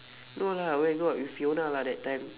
no lah where got with fiona lah that time